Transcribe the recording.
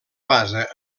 basa